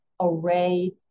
array